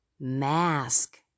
mask